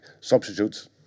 substitutes